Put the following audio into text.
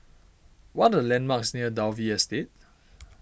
what are landmarks near Dalvey Estate